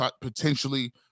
potentially